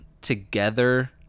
together